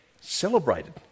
celebrated